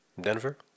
Denver